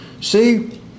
see